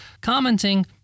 commenting